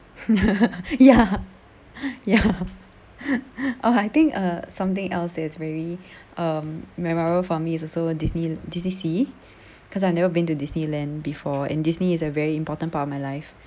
ya ya oh I think uh something else that is very um memorable for me is also disneyl~ disneysea cause I never been to disneyland before and disney is a very important part of my life